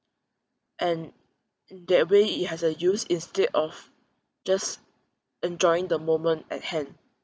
and that way it has a use instead of just enjoying the moment at hand